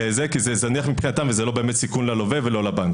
כי זה זניח מבחינתם וזה לא באמת סיכון ללווה ולא לבנק.